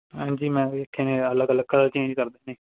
ਹਾਂਜੀ ਮੈਂ ਵੇਖੇ ਨੇ ਅਲੱਗ ਅਲੱਗ ਕਲਰ ਚੇਂਜ ਕਰਦੇ ਨੇ